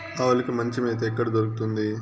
ఆవులకి మంచి మేత ఎక్కడ దొరుకుతుంది?